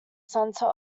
centre